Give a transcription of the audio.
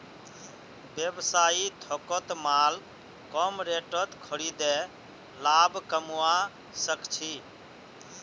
व्यवसायी थोकत माल कम रेटत खरीदे लाभ कमवा सक छी